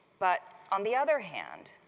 but on the other hand,